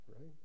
Right